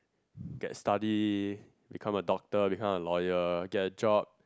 they studied to become a doctor become a lawyer to get a job